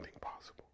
possible